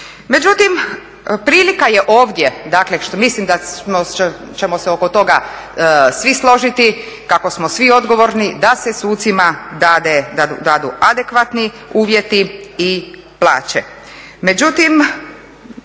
Međutim, prilika je ovdje, dakle mislim da ćemo se oko toga svi složiti kako smo svi odgovorni da se sucima dadu adekvatni uvjeti i plaće.